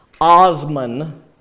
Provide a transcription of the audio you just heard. Osman